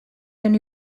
honi